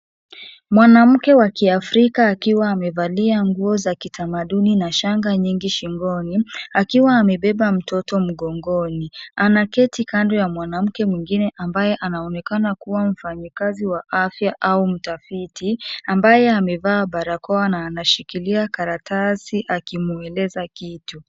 Mwanamke wa Kiafrika akiwa amevalia nguo za kitamaduni na shanga nyingi shingoni akiwa amebeba mtoto mgongoni anaketi kando ya mwanamke mwingine ambaye anaonekana kuwa mfanyakazi wa afya au mtafiti ambaye amevaa barakoa na anashikilia karatasi akimueleza kitu.